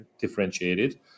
differentiated